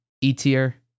E-tier